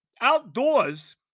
outdoors